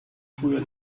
früher